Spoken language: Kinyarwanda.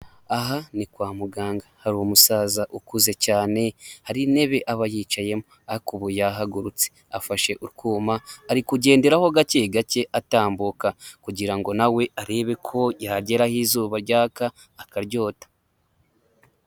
Aha ni kwa muganga hari umusaza ukuze cyane, hari intebe aba yicayemo, ariko ubu yahagurutse, afashe ku kuma ari kugenderaho gake gake atambuka kugira ngo na we arebe ko yagera aho izuba ryaga akaryota.